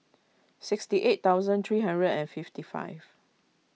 sixty eight thousand three and fifty five